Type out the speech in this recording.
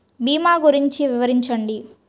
భీమా గురించి వివరించండి?